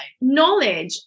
Knowledge